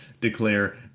declare